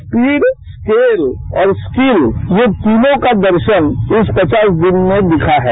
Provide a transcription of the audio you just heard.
speed scale और skill ये तीनों का दर्शन इस पचास दिन में दिखा है